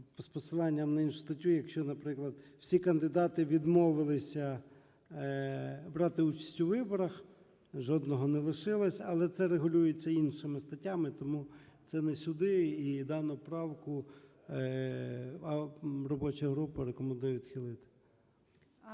з посиланням на іншу статтю, якщо, наприклад, всі кандидати відмовилися брати участь у виборах, жодного не лишилося. Але це регулюється іншими статтями, тому це не сюди. І дану правку робоча група рекомендує відхилити.